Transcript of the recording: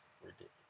ridiculous